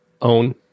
own